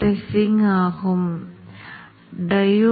பைய்ஸ் சமமான கூறு C ஆக இருக்கும் எனவே நம்மிடம் C உள்ளது